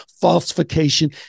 falsification